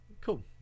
cool